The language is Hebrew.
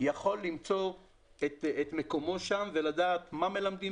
יכול למצוא את מקומו שם ולדעת מה מלמדים